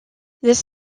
this